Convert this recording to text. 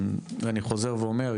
ואני חוזר ואומר,